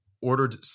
ordered